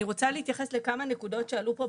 אני רוצה להתייחס לכמה נקודות שעלו פה,